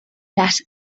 las